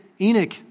Enoch